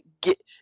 get